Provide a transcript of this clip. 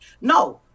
No